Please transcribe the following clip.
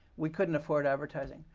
we couldn't afford advertising.